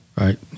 Right